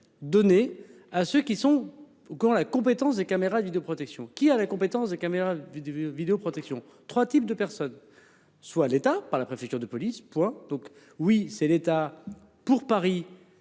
donner à ceux qui sont au courant la compétence des caméras de vidéoprotection qui a la compétence des caméras du du vidéoprotection 3 types de personnes, soit l'État par la préfecture de police point donc oui c'est l'État pour Paris